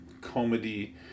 comedy